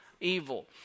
evil